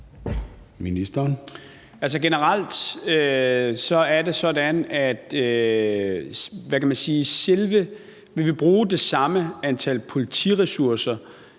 Altså, generelt er det sådan, at vi vil bruge den samme mængde politiressourcer